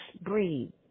breathe